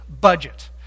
budget